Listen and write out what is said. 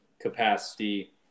capacity